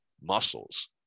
muscles